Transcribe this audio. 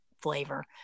flavor